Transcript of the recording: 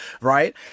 right